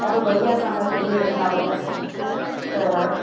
ॾाढो बढ़िया सां असां खेॾी वठंदा हुआसीं त